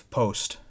post